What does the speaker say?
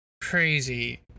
crazy